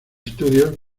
studios